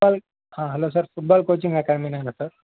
hello sir football coaching అకాడమీనేనా sir